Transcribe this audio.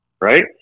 right